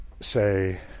say